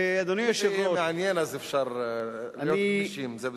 אם יהיה מעניין, אז אפשר להיות גמישים, זה בסדר.